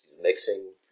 mixing